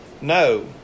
No